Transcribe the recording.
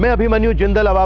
um abhimanyu jindal, ah